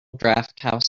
drafthouse